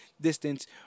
distance